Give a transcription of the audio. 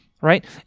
right